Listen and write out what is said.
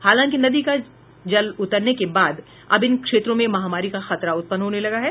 हालांकि नदी का पानी उतरने के बाद अब इन क्षेत्रों में महामारी का खतरा उत्पन्न होने लगा है